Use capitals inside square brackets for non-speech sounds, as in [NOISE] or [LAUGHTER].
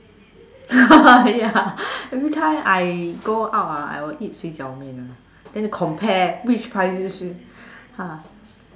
[LAUGHS] ya every time I go out ah I will eat 水饺面：shui jiao mian [one] then compare which ah